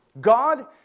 God